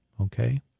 okay